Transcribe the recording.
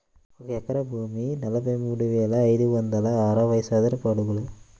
ఒక ఎకరం భూమి నలభై మూడు వేల ఐదు వందల అరవై చదరపు అడుగులు